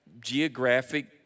geographic